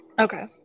Okay